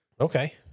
Okay